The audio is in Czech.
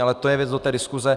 Ale to je věc do té diskuze.